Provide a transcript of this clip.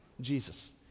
Jesus